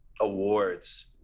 awards